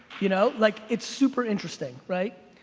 you know like it's super interesting right?